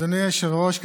אדוני היושב-ראש,